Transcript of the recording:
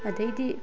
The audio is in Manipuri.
ꯑꯗꯒꯤꯗꯤ